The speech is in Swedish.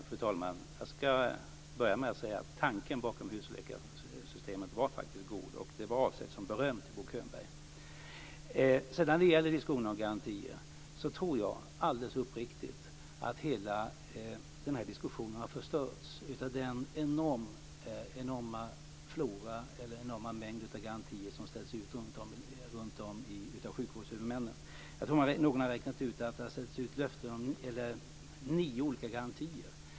Fru talman! Jag ska börja med att säga att tanken bakom husläkarsystemet faktiskt var god. Det var avsett som beröm till Bo Könberg. Diskussionen om garantier tror jag alldeles uppriktigt har förstörts av den enorma mängd garantier som ställs ut runt om av sjukvårdshuvudmännen. Jag tror att någon har räknat ut att det har ställts ut löften om nio olika garantier.